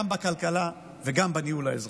גם בכלכלה וגם בניהול האזרחי.